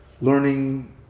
learning